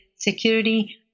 security